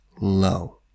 low